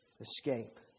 escape